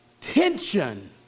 tension